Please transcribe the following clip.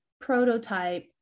prototype